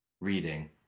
reading